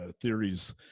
theories